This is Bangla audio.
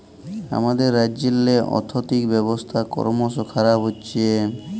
আমাদের রাজ্যেল্লে আথ্থিক ব্যবস্থা করমশ খারাপ হছে